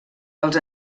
pels